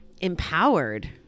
empowered